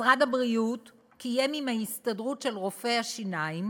משרד הבריאות קיים עם הסתדרות רופאי השיניים